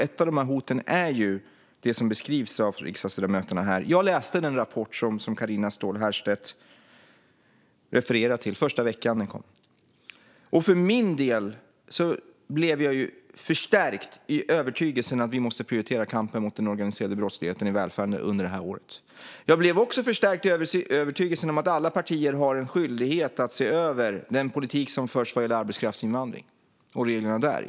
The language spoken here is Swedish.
Ett av de hoten är det som beskrivs av riksdagsledamöterna här. Jag läste den rapport som Carina Ståhl Herrstedt refererar till första veckan den kom. För min del blev jag stärkt i övertygelsen att vi måste prioritera kampen mot den organiserade brottsligheten i välfärden under det här året. Jag blev också stärkt i övertygelsen om att alla partier har en skyldighet att se över den politik som förs vad gäller arbetskraftsinvandring och reglerna där.